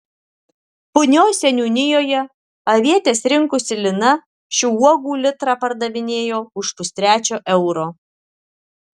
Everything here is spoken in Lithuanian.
punios seniūnijoje avietes rinkusi lina šių uogų litrą pardavinėjo už pustrečio euro